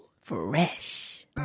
Fresh